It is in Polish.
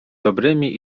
dobrymi